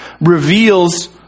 reveals